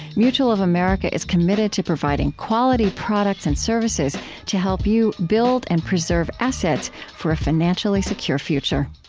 mutual of america is committed to providing quality products and services to help you build and preserve assets for a financially secure future